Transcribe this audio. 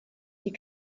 die